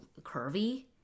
curvy